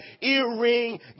earring